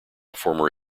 former